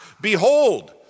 Behold